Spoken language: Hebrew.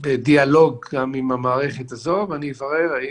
הם בדיאלוג גם עם המערכת הזו, ואני אברר אם